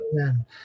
Amen